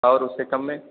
और उससे कम में